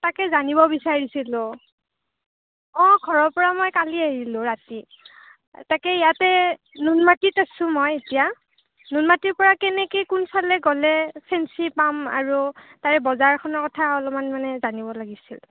তাকে জানিব বিচাৰিছিলোঁ অঁ ঘৰৰ পৰা মই কালি আহিলোঁ ৰাতি তাকে ইয়াতে নুনমাটিত আছোঁ মই এতিয়া নুনমাটিৰ পৰা কেনেকৈ কোনফালে গ'লে ফেন্সী পাম আৰু তাৰে বজাৰখনৰ কথা অলপমান মানে জানিব লাগিছিল